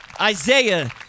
Isaiah